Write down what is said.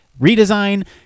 redesign